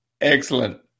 Excellent